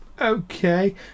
okay